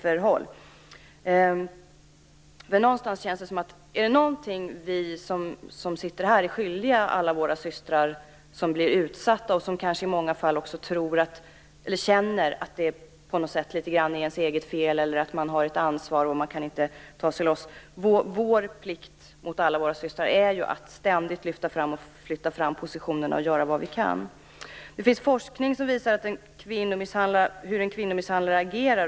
Är det någonting som vi som sitter här är skyldiga alla våra systrar som blir utsatta och som i många fall känner att det är deras eget fel eller har ett ansvar och inte kan ta sig loss, så är det att ständigt lyfta fram frågan och flytta fram positionerna, göra vad vi kan. Det finns forskning som visar hur en kvinnomisshandlare agerar.